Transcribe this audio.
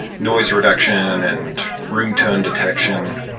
noise reduction and room tone detection.